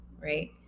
right